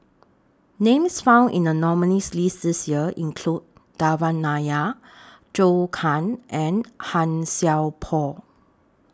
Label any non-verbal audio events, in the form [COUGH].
Names found in The nominees' list This Year include Devan Nair [NOISE] Zhou Can and Han Sai Por